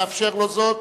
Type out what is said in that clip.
נאפשר לו זאת,